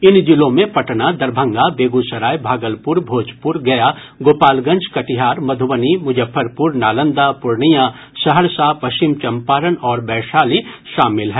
इन जिलों में पटना दरभंगा बेगूसराय भागलपुर भोजपुर गया गोपालगंज कटिहार मधुबनी मुजफ्फरपुर नालंदा पूर्णिया सहरसा पश्चिम चंपारण और वैशाली शामिल हैं